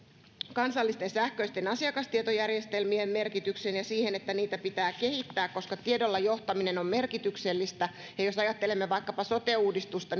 kansallisten sähköisten asiakastietojärjestelmien merkitykseen ja siihen että niitä pitää kehittää koska tiedolla johtaminen on merkityksellistä jos ajattelemme vaikkapa sote uudistusta